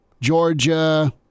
Georgia